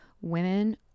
women